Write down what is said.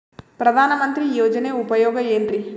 ಪ್ರಧಾನಮಂತ್ರಿ ಯೋಜನೆ ಉಪಯೋಗ ಏನ್ರೀ?